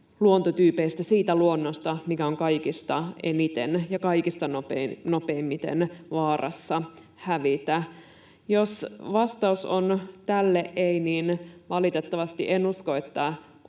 luontotyypeistä, siitä luonnosta, mikä on kaikista eniten ja kaikista nopeimmin vaarassa hävitä? Jos vastaus tälle on ”ei”, niin valitettavasti en usko, että